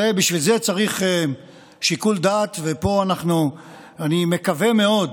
בשביל זה צריך שיקול דעת, ופה אני מקווה מאוד,